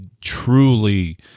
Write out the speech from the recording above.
truly